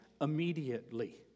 immediately